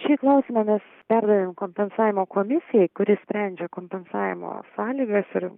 šį klausimą mes perdavėm kompensavimo komisijai kuri sprendžia kompensavimo sąlygas ir